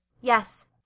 yes